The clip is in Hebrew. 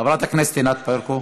חברת הכנסת ענת ברקו,